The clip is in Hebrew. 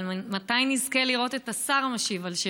אבל מתי נזכה לראות את השר משיב על שאלות?